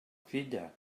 filla